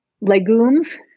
legumes